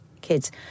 kids